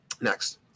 Next